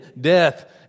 death